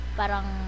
parang